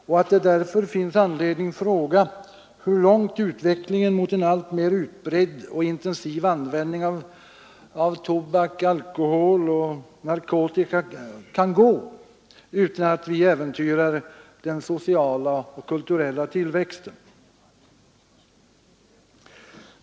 Det finns därför anledning att fråga sig hur långt utvecklingen mot en alltmer utbredd och intensiv användning av tobak, alkohol och narkotika kan gå utan att vi äventyrar den sociala och kulturella tillväxten.